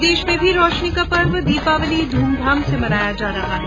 प्रदेश में भी रोशनी का पर्व दीपावली धूमधाम से मनाया जा रहा है